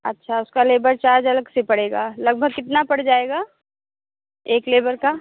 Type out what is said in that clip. अच्छा उसका labour charge अलग से पड़ेगा लगभग कितना पड़ जाएगा एक लेबर का